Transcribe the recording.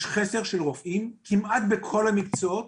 יש חסר של רופאים כמעט בכל המקצועות,